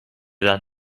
dal